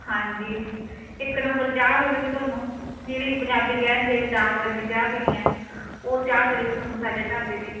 ਹਾਂਜੀ ਇੱਕ ਨੰਬਰ ਚਾਹ ਮਿਲੁਗੀ ਤੁਹਾਨੂੰ ਜਿਹੜੀ ਪੰਜਾਬੀ ਕਹਿ ਦਿੰਦੇ ਵੀ ਡਾਂਗ ਵਰਗੀ ਚਾਹ ਪੀਣੀ ਆ ਉਹ ਚਾਹ ਮਿਲੇਗੀ ਤੁਹਾਨੂੰ ਸਾਡੇ ਢਾਬੇ 'ਤੇ